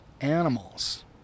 Animals